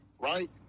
right